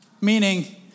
Meaning